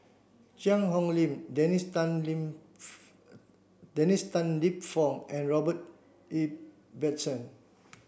Cheang Hong Lim Dennis Tan Lip Dennis Tan Lip Fong and Robert Ibbetson